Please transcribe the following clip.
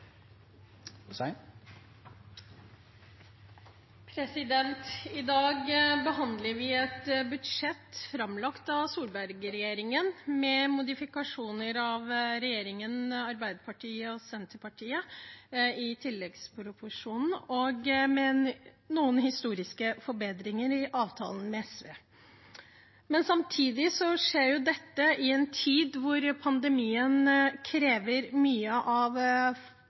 avsluttet. I dag behandler vi et budsjett framlagt av Solberg-regjeringen, med modifikasjoner av Arbeiderparti–Senterparti-regjeringen i tilleggsproposisjonen og med noen historiske forbedringer i avtalen med SV. Dette skjer samtidig som pandemien krever mye av